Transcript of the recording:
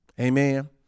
Amen